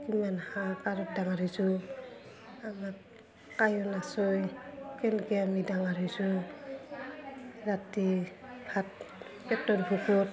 কিমান হাহাকাৰত ডাঙৰ হৈছোঁ আমাৰ কোনেও নাচায় কেনেকৈ আমি ডাঙাৰ হৈছোঁ ৰাতি ভাত পেটৰ ভোকত